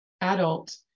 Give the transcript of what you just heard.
adult